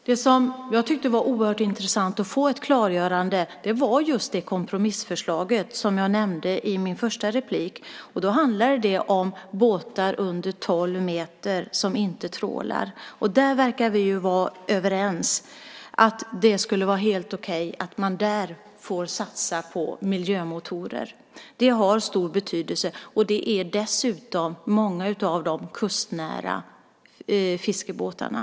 Herr talman! Jag tyckte att det var oerhört intressant att få ett klargörande just i fråga om kompromissförslaget, som jag nämnde i mitt första inlägg. Då handlade det om båtar under tolv meter som inte trålar. Vi verkar vara överens om att det skulle vara helt okej att man där får satsa på miljömotorer. Det har stor betydelse. Det är dessutom många av de kustnära fiskebåtarna.